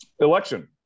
election